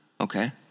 okay